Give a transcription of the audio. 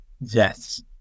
Yes